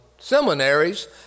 seminaries